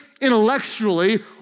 intellectually